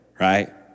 Right